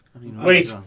Wait